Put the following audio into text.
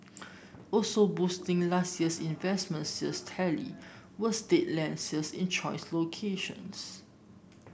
also boosting last year's investment sales tally were state land sales in choice locations